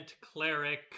Cleric